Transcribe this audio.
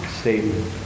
statement